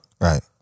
Right